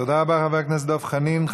תודה רבה, חבר הכנסת דב חנין.